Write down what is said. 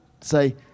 say